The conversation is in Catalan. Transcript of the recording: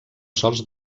sòls